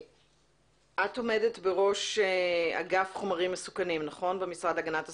את עומדת בראש אגף חומרים מסוכנים במשרד להגנת הסביבה.